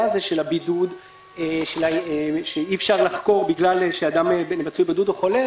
שאי אפשר לחקור בגלל שאדם מצוי בבידוד או חולה